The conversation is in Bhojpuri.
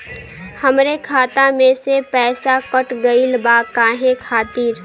हमरे खाता में से पैसाकट गइल बा काहे खातिर?